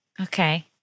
Okay